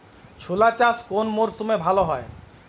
ছোলা চাষ কোন মরশুমে ভালো হয়?